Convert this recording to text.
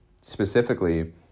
specifically